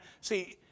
see